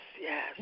yes